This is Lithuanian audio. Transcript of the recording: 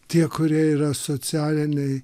tie kurie yra socialiniai